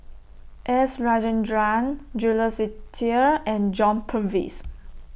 S Rajendran Jules Itier and John Purvis